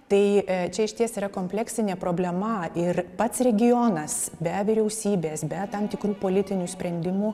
tai čia išties yra kompleksinė problema ir pats regionas be vyriausybės be tam tikrų politinių sprendimų